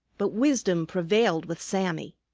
but wisdom prevailed with sammy.